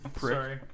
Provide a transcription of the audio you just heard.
sorry